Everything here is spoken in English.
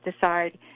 decide